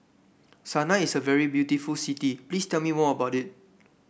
Sanaa is a very beautiful city please tell me more about it